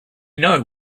know